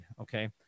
okay